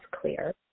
clear